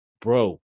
bro